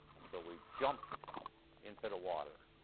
so we jumped into the water.